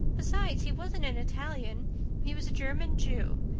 besides, he wasn't an italian he was a german jew.